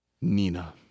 Nina